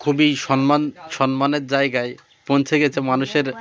খুবই সন্মান সন্মানের জায়গায় পৌঁছে গেছে মানুষের